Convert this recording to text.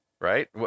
right